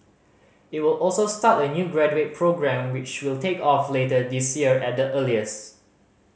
it will also start a new graduate programme which will take off later this year at the earliest